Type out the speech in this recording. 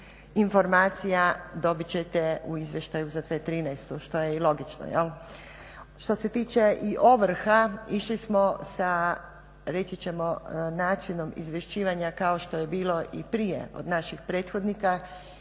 informacija dobit ćete u izvještaju za 2013., što je i logično. Što se tiče i ovrha, išli smo sa, reći ćemo načinom izvješćivanja kao što je bilo i prije od naših prethodnika